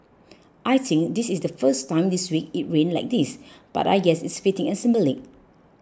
I think this is the first time this week it rained like this but I guess it's fitting and symbolic